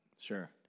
Sure